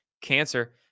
cancer